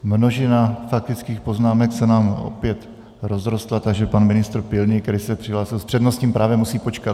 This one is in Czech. Množina faktických poznámek se nám opět rozrostla, takže pan ministr Pilný, který se přihlásil s přednostním právem, musí počkat.